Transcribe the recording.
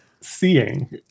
seeing